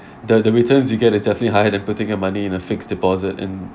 the the returns you get is definitely higher than putting your money in a fixed deposit in